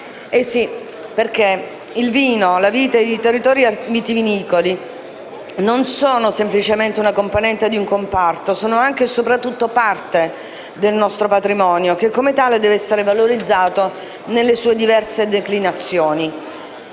Sì, perché il vino, la vite e i territori viticoli non sono semplicemente una componente di un comparto; sono anche e soprattutto parte del nostro patrimonio che, come tale, deve essere valorizzato nelle sue diverse declinazioni.